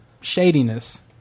Shadiness